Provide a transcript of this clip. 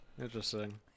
Interesting